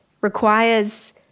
requires